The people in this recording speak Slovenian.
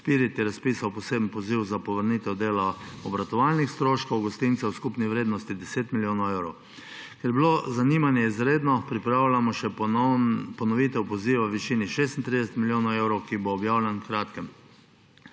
SPIRIT je razpisal poseben poziv za povrnitev dela obratovalnih stroškov gostincem v skupni vrednosti 10 milijonov evrov. Ker je bilo zanimanje izredno, pripravljamo še ponovitev poziva v višini 36 milijonov evrov, ki bo objavljen v kratkem.